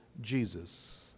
Jesus